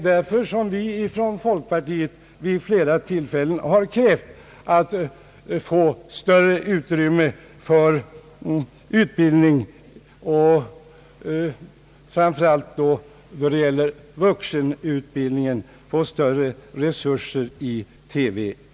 Därför har vi från folkpartiet vid flera tillfällen krävt större utrymme och större resurser i TV och radio för utbildning, framför allt då vuxenutbildningen.